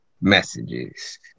messages